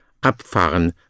abfahren